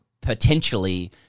potentially –